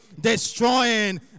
destroying